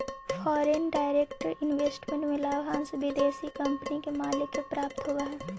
foreign direct investment में लाभांश विदेशी कंपनी के मालिक के प्राप्त होवऽ हई